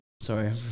Sorry